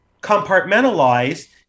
compartmentalize